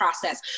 process